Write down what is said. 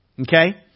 Okay